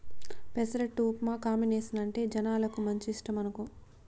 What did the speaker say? పెసరట్టు ఉప్మా కాంబినేసనంటే జనాలకు మంచి ఇష్టమనుకో